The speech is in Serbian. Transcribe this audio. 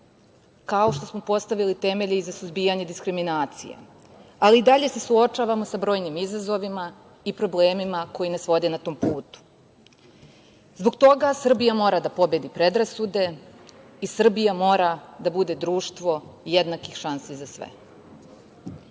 kao što smo postavili temelje i za suzbijanje diskriminacije, ali i dalje se suočavamo sa brojnim izazovima i problemima koji nas vode na tom putu. Zbog toga Srbija mora da pobedi predrasude i Srbija mora da bude društvo jednakih šansi za